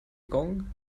gong